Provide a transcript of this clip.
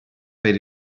per